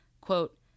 quote